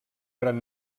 gran